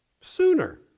sooner